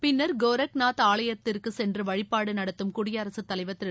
பின்னா் கோரக்நாத் ஆலயத்திற்கு சென்று வழிபாடு நடத்தும் குடியரகத்தலைவா் திரு